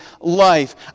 life